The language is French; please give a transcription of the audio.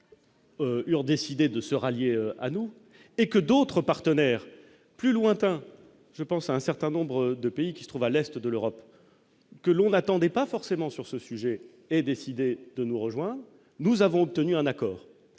Eurent décidé de se rallier à nous et que d'autres partenaires plus lointain, je pense à un certain nombre de pays qui se trouve à l'Est de l'Europe que l'on n'attendait pas forcément sur ce sujet et décidé de nous rejoindre, nous avons obtenu un accord